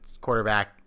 quarterback